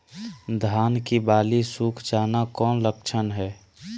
धान की बाली सुख जाना कौन लक्षण हैं?